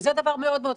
שזה דבר מאוד חשוב.